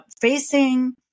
facing